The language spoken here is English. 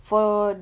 for